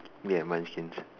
me at my skin